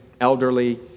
elderly